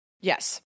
Yes